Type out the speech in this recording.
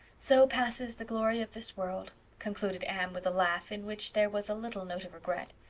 so passes the glory of this world concluded anne, with a laugh in which there was a little note of regret.